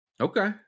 Okay